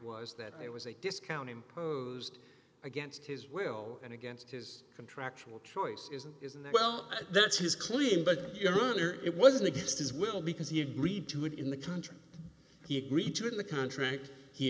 was that it was a discount imposed against his will and against his contractual choices is well that's his clean but your honor it was against his will because he agreed to it in the country he agreed to in the contract he